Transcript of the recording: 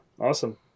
Awesome